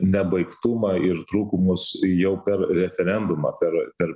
nebaigtumą ir trūkumus jau per referendumą per per